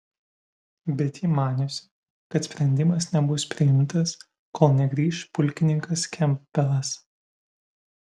bet ji maniusi kad sprendimas nebus priimtas kol negrįš pulkininkas kempbelas